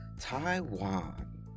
Taiwan